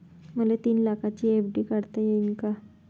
मले तीन लाखाची एफ.डी काढता येईन का?